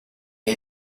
est